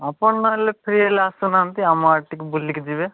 ଆପଣ ନହେଲେ ଫ୍ରି ହେଲେ ଆସୁନାହାନ୍ତି ଆମ ଆଡ଼େ ଟିକେ ବୁଲିକି ଯିବେ